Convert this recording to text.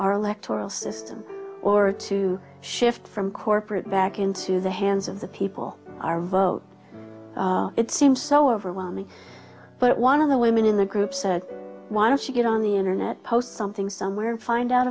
our electoral system or to shift from corporate back into the hands of the people are vote it seems so overwhelming but one of the women in the group said why don't you get on the internet post something somewhere and find out